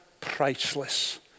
priceless